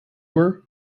were